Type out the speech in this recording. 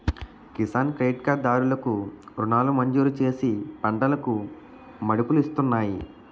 Kisan credit card దారులు కు రుణాలను మంజూరుచేసి పంటలకు మదుపులిస్తున్నాయి